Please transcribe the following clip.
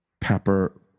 pepper